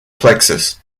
plexus